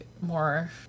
more